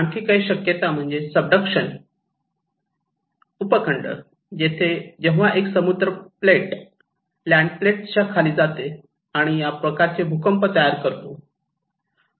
आणखी एक शक्यता म्हणजे सबडक्शन उपखण्ड तेथे जेव्हा एक समुद्री प्लेट लँड प्लेटच्या खाली जाते आणि या प्रकारचे भूकंप तयार करतो